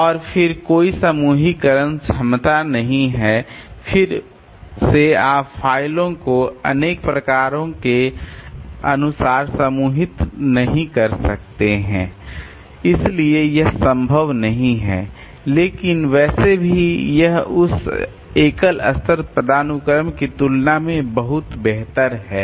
और फिर कोई समूहीकरण क्षमता नहीं है फिर से आप फ़ाइलों को उनके प्रकारों के अनुसार समूहित नहीं कर सकते हैं इसलिए यह संभव नहीं है लेकिन वैसे भी यह उस एकल स्तर पदानुक्रम की तुलना में बहुत बेहतर है